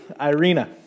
Irina